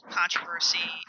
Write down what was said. controversy